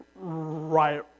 right